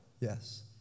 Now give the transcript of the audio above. Yes